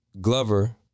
Glover